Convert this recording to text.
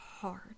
hard